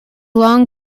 long